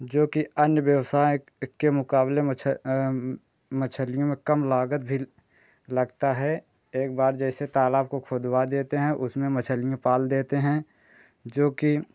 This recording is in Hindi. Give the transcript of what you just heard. जोकि अन्य व्यवसाय के मुक़ाबले मछ मच्छलियों में कम लागत भी लगती है एक बार जैसे तालाब को खुदवा देते हैं उसमें मच्छलियाँ पाल देते हैं जो कि